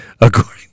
according